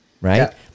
right